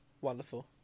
wonderful